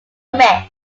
mess